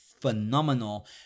phenomenal